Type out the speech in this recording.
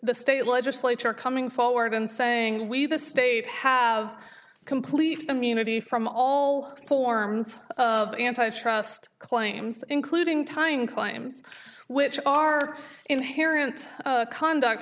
the state legislature coming forward and saying we the state have complete immunity from all forms of anti trust claims including tying claims which are inherent conduct